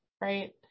right